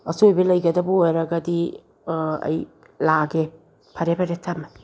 ꯑꯆꯣꯏꯕ ꯂꯩꯒꯗꯕ ꯑꯣꯏꯔꯒꯗꯤ ꯑꯩ ꯂꯥꯛꯑꯒꯦ ꯐꯔꯦ ꯐꯔꯦ ꯊꯝꯃꯦ